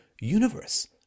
universe